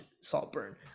Saltburn